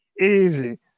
Easy